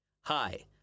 Hi